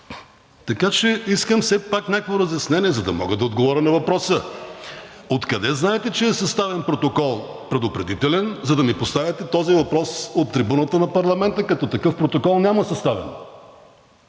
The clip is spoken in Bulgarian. Така че искам все пак някакво разяснение, за да мога да отговоря на въпроса. Откъде знаете, че е съставен предупредителен протокол, за да ми поставяте този въпрос от трибуната на парламента, като такъв протокол няма съставен?